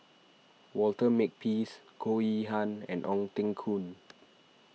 Walter Makepeace Goh Yihan and Ong Teng Koon